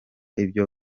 ibyo